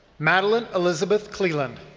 madeline elizabeth cleeland.